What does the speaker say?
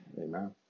Amen